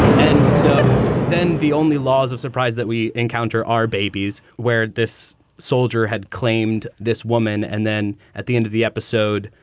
and so then the only laws of surprise that we encounter are babies where this soldier had claimed this woman. and then at the end of the episode,